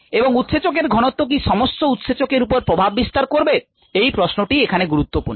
এবং উৎসেচক এর ঘনত্ব কি সমস্ত উৎসেচক এর উপর প্রভাব বিস্তার করবে এই প্রশ্নটিই এখানে গুরুত্বপূর্ণ